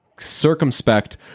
circumspect